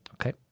Okay